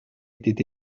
était